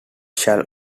shall